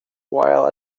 while